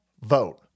vote